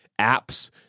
apps